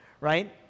right